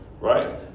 Right